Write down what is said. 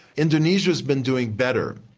indonesia's been doing better.